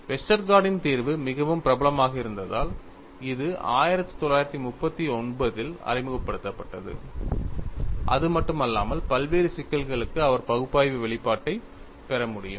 வெஸ்டர்கார்டின் Westergaard's தீர்வு மிகவும் பிரபலமாக இருந்ததால் இது 1939 இல் அறிமுகப்படுத்தப்பட்டது அது மட்டுமல்லாமல் பல்வேறு சிக்கல்களுக்கு அவர் பகுப்பாய்வு வெளிப்பாட்டைப் பெற முடியும்